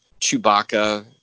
Chewbacca